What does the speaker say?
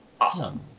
Awesome